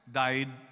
died